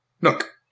Look